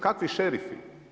Kakvi šerifi?